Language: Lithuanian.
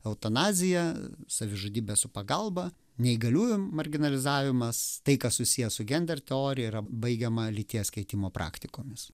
eutanazija savižudybė su pagalba neįgaliųjų marginalizavimas tai kas susiję su gender teorija yra baigiama lyties keitimo praktikomis